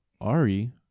Ari